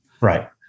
Right